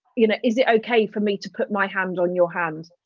you know is it okay for me to put my hand on your hand?